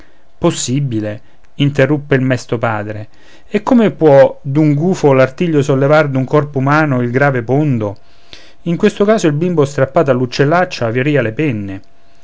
possibile interruppe il mesto padre e come può d'un gufo l'artiglio sollevar d'un corpo umano il grave pondo in questo caso il bimbo strappato all'uccellaccio avria le penne